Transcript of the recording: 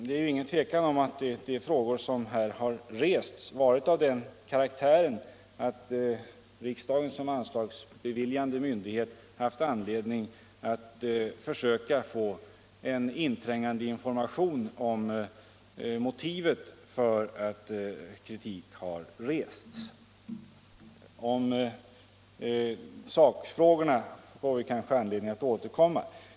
Det är inget tvivel om att de frågor som har rests i debatten kring Stålverk 80 har varit av den karaktären att riksdagen som anslagsbeviljande myndighet haft både anledning och skyldighet att försöka få en inträngande information i ärendet. Till sakfrågorna får vi kanske anledning återkomma.